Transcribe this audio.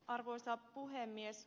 arvoisa puhemies